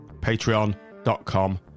patreon.com